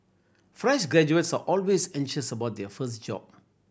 fresh graduates are always anxious about their first job